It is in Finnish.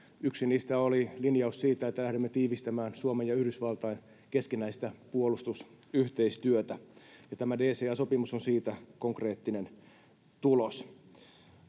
Yksi niistä oli linjaus siitä, että lähdemme tiivistämään Suomen ja Yhdysvaltain keskinäistä puolustusyhteistyötä, ja tämä DCA-sopimus on siitä konkreettinen tulos.